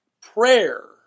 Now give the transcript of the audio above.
prayer